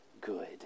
good